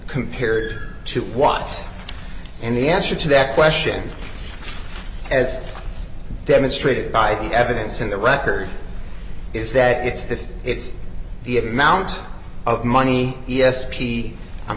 compared to what and the answer to that question as demonstrated by the evidence in the record is that it's that it's the amount of money e s p i'm